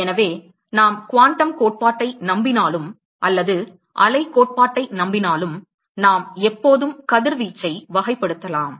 எனவே நாம் குவாண்டம் கோட்பாட்டை நம்பினாலும் அல்லது அலை கோட்பாட்டை நம்பினாலும் நாம் எப்போதும் கதிர்வீச்சை வகைப்படுத்தலாம்